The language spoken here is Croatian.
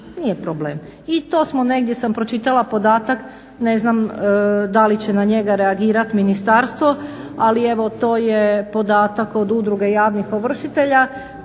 Nije problem. I to smo, negdje sam pročitala podatak, ne znam da li će na njega reagirat ministarstvo, ali evo to je podatak od Udruge javnih ovršitelja